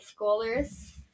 schoolers